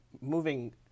Moving